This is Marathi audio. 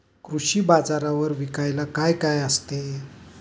कृषी बाजारावर विकायला काय काय असते?